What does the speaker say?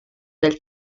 del